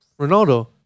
Ronaldo